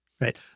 Right